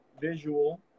visual